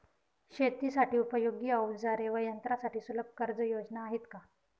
शेतीसाठी उपयोगी औजारे व यंत्रासाठी सुलभ कर्जयोजना आहेत का?